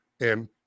and-